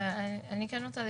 אז מקובלת עליכם העמדה המקצועית,